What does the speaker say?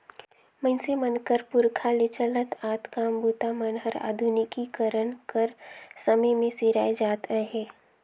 मइनसे मन कर पुरखा ले चलत आत काम बूता मन हर आधुनिकीकरन कर समे मे सिराए जात अहे